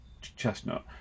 chestnut